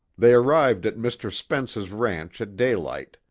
they arrived at mr. spence's ranch at daylight,